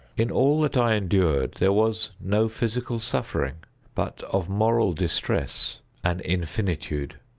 in all that i endured there was no physical suffering but of moral distress an infinitude.